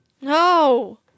No